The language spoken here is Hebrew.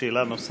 שאלה נוספת.